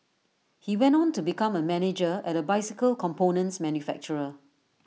he went on to become A manager at A bicycle components manufacturer